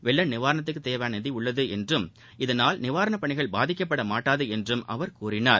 வெள்ள நிவாரணத்துக்கு தேவையான நிதி உள்ளது என்றும் அதனால் நிவாரண பணிகள் பாதிக்க்ப்படமாட்டாது என்றும் அவர் தெரிவித்தார்